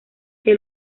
que